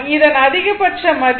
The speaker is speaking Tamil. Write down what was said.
இதன்அதிகபட்ச மதிப்பு 13